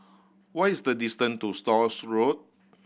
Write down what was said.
what is the distant ce to Stores Road